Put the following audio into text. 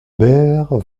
bert